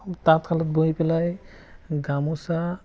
তাতঁতশালত বহি পেলাই গামোচা